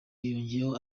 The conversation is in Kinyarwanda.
yongeyeho